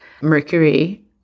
Mercury